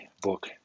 book